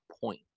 point